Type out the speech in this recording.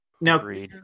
Now